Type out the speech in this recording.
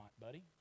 buddy